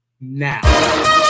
now